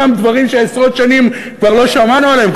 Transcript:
דברים שעשרות שנים כבר לא שמענו עליהם,